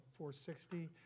460